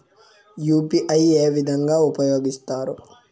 UPI ఏ విధంగా ఉపయోగిస్తారు?